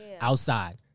outside